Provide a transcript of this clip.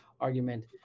argument